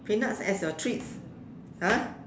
peanuts as your treats !huh!